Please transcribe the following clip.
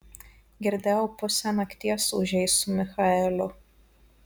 girdėjau pusę nakties ūžei su michaeliu